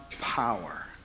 power